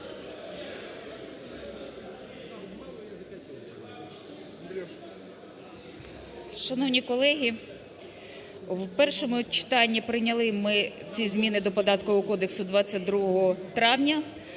Шановні колеги! В першому читанні прийняли ми ці зміни до Податкового кодексу 22 травня.